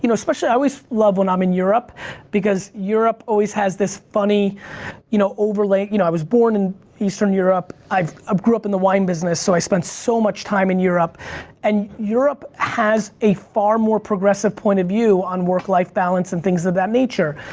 you know especially i always love when i'm in europe because europe always has this funny you know overlay, you know i was born in eastern europe, i grew up in the wine business so i spent so much time in europe and europe has a far more progressive point of view on work life balance and things of that nature.